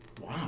wow